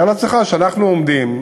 תאר לעצמך שאנחנו עומדים,